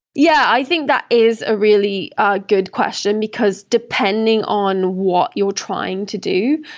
yeah, i think that is a really ah good question, because depending on what you're trying to do,